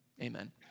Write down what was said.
Amen